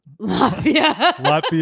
Latvia